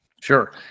Sure